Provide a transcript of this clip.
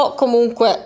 comunque